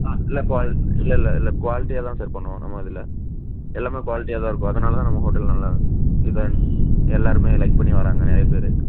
ஆ இல்லை குவால் இல்லை இல்லை இல்லை குவாலிட்டியாக தான் சார் பண்ணுவோம் நம்ம இதில் எல்லாமே குவாலிட்டியாக தான் இருக்கும் அதனால் தான் நம்ம ஹோட்டல் நல்லா இதாக எல்லோருமே லைக் பண்ணி வராங்க நிறைய பேர்